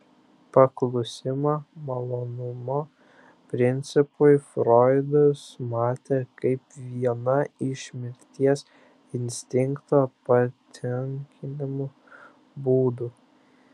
paklusimą malonumo principui froidas matė kaip vieną iš mirties instinkto patenkinimo būdų